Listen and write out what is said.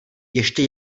ještě